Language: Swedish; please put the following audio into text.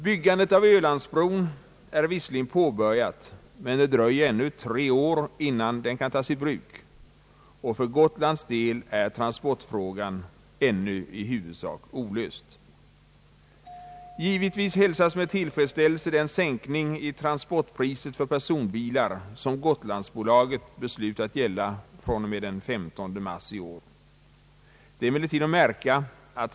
Byggandet av Ölandsbron har visserligen påbörjats, men det dröjer ännu tre år innan bron kan tas i bruk, och för Gotlands del är transportfrågan ännu i huvudsak olöst. Givetvis hälsas med tillfredsställelse den sänkning av transportpriset för personbilar som Gotlandsbolaget beslutat införa fr.o.m. den 15 mars i år.